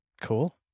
Cool